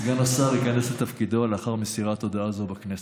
סגן השר ייכנס לתפקידו לאחר מסירת הודעה זו בכנסת.